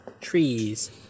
trees